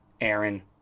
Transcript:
Aaron